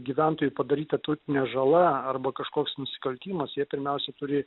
gyventojų padaryta turtinė žala arba kažkoks nusikaltimas jie pirmiausiai turi